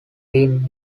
being